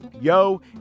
Yo